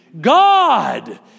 God